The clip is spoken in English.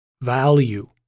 Value